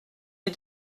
mes